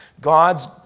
God's